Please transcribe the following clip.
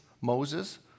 Moses